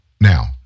Now